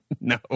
no